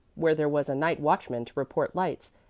where there was a night-watchman to report lights,